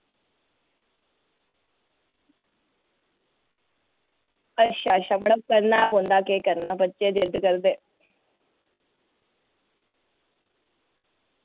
अच्छा अच्छा मड़ो करना गै पौंदा केह् करना बच्चे जिद्द करदे